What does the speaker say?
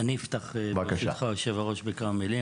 אני אפתח ברשותך, היושב-ראש, בכמה מילים.